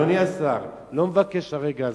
אדוני השר, אני לא מבקש ברגע זה.